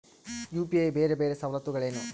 UPI ಬೇರೆ ಬೇರೆ ಸವಲತ್ತುಗಳೇನು?